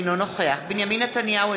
אינו נוכח בנימין נתניהו,